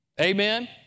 Amen